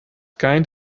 kind